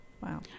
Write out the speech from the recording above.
Wow